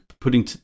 putting